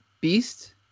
Beast